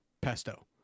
pesto